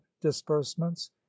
disbursements